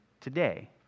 today